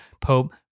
Pope